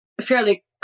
fairly